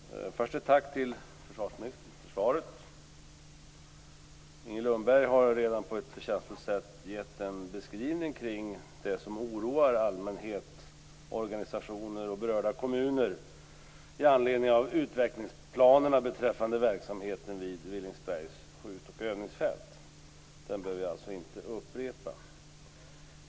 Fru talman! Först ett tack till försvarsministern för svaret. Inger Lundberg har redan på ett förtjänstfullt sätt gett en beskrivning av det som oroar allmänhet, organisationer och berörda kommuner i anledning av utvecklingsplanerna beträffande verksamheten vid Villingsbergs skjut och övningsfält. Det behöver vi inte upprepa.